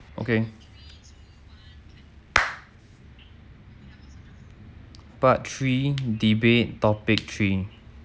okay part three debate topic three